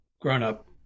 grown-up